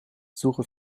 suche